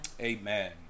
Amen